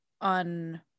on